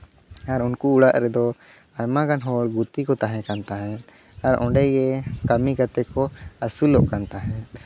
ᱟᱨ ᱩᱱᱠᱩ ᱚᱲᱟᱜ ᱨᱮᱫᱚ ᱟᱭᱢᱟᱜᱟᱱ ᱦᱚᱲ ᱜᱩᱛᱤ ᱠᱚ ᱛᱟᱦᱮᱸ ᱠᱟᱱ ᱛᱟᱦᱮᱸᱫ ᱟᱨ ᱚᱸᱰᱮ ᱜᱮ ᱠᱟᱹᱢᱤ ᱠᱟᱛᱮ ᱠᱚ ᱟᱹᱥᱩᱞᱚᱜ ᱠᱟᱱ ᱛᱟᱦᱮᱸᱫ